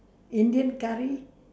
indian curry